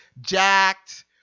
Jacked